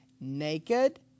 Naked